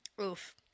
oof